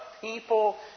people